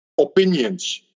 opinions